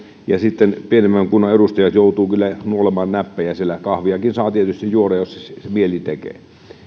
ja sitten pienemmän kunnan edustajat joutuvat kyllä nuolemaan näppejään siellä kahviakin saa tietysti juoda jos mieli tekee